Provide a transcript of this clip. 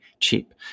cheap